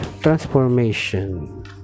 transformation